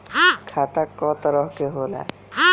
खाता क तरह के होला?